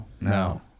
no